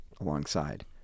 alongside